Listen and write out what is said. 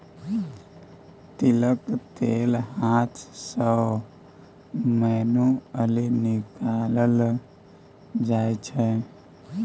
तिलक तेल हाथ सँ मैनुअली निकालल जाइ छै